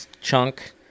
chunk